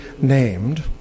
named